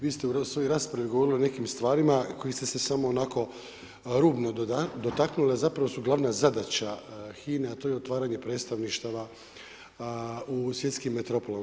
Vi ste u svojoj raspravi govorili o nekim stvarima kojih ste se samo onako rubno dotaknuli a zapravo su glavna zadaća HINA-e, a to je otvaranje predstavništava u svjetskim metropolama.